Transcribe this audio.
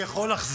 אני יכול לחזור,